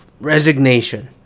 resignation